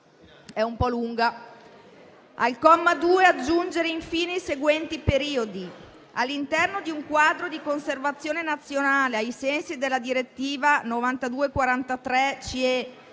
"Al comma 2, aggiungere, in fine, i seguenti periodi: «All'interno di un quadro di conservazione nazionale ai sensi della Direttiva 92/43/CEE,